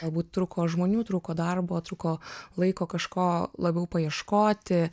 galbūt trūko žmonių trūko darbo trūko laiko kažko labiau paieškoti